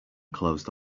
closed